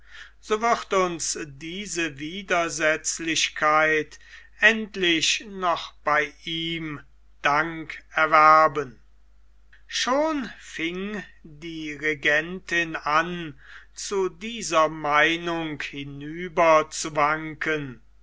so wird uns diese widersetzlichkeit endlich noch bei ihm dank erwerben schon fing die regentin an zu dieser meinung hinüber zu wanken